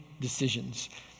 decisions